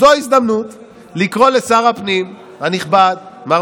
זו ההזדמנות לקרוא לשר הפנים הנכבד מר